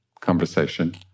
conversation